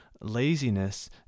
laziness